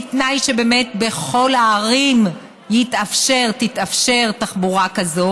בתנאי שבאמת בכל הערים תתאפשר תחבורה כזאת.